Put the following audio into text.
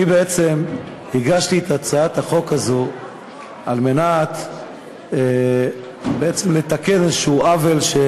אני בעצם הגשתי את הצעת החוק הזו על מנת לתקן עוול כלשהו,